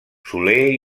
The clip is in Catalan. soler